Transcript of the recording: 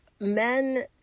men